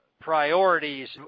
priorities